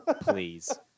Please